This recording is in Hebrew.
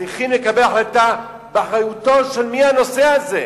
צריך לקבל החלטה, באחריותו של מי הנושא הזה.